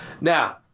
Now